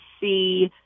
see